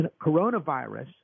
coronavirus